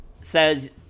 says